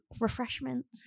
refreshments